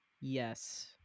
yes